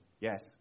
Yes